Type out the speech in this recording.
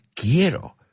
quiero